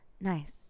Nice